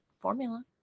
formula